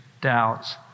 doubts